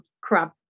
crop